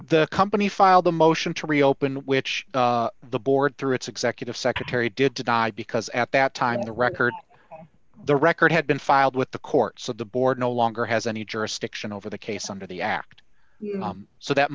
the company filed a motion to reopen which the board through its executive secretary did to die because at that time of the record the record had been filed with the court so the board no longer has any jurisdiction over the case under the act so that